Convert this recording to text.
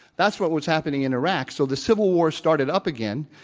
that's what was happening in iraq, so the civil war started up again